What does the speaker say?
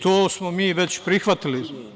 To smo mi već prihvatili.